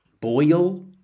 Boil